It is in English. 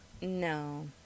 No